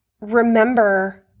remember